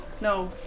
No